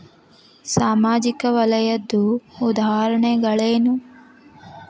ಸಾಮಾಜಿಕ ವಲಯದ್ದು ಉದಾಹರಣೆಗಳೇನು?